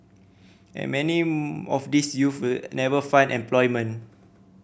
and many of these youth never find employment